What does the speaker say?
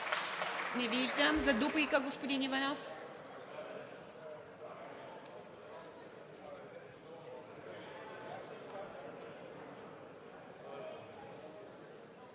Не виждам. За дуплика – господин Иванов.